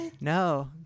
No